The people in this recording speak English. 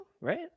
right